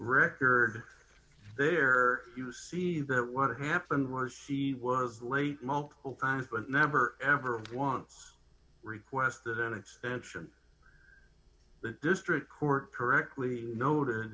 record there you see that what happened was she was late multiple times but never ever wants requested an extension the district court correctly no